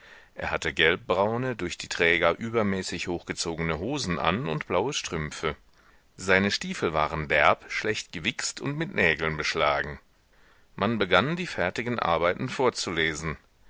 er hatte gelbbraune durch die träger übermäßig hochgezogene hosen an und blaue strümpfe seine stiefel waren derb schlecht gewichst und mit nägeln beschlagen man begann die fertigen arbeiten vorzulesen